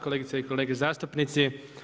Kolegice i kolege zastupnici.